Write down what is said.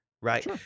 Right